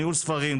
ניהול ספרים,